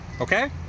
Okay